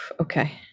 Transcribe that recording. Okay